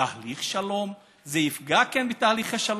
זה יפגע בתהליך השלום,